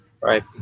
right